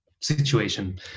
situation